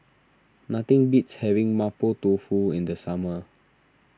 nothing beats having Mapo Tofu in the summer